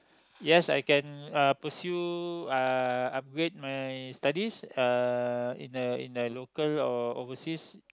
yes I can uh pursue uh upgrade my studies uh in the in the local or overseas